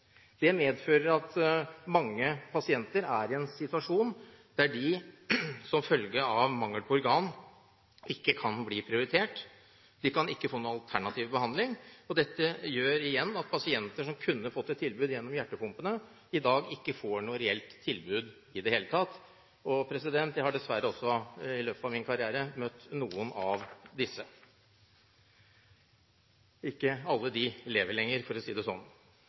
en situasjon der de, som følge av mangel på organ, ikke kan bli prioritert, de kan ikke få noen alternativ behandling. Dette gjør igjen at pasienter som kunne fått et tilbud gjennom hjertepumpene, i dag ikke får noe reelt tilbud i det hele tatt. Jeg har dessverre også i løpet av min karriere møtt noen av disse – ikke alle de lever lenger, for å si det sånn.